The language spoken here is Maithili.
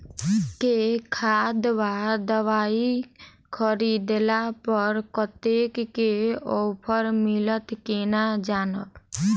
केँ खाद वा दवाई खरीदला पर कतेक केँ ऑफर मिलत केना जानब?